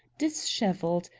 dishevelled,